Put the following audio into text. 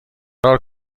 فرار